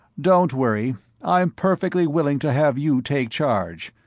don't worry i'm perfectly willing to have you take charge.